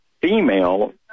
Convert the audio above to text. female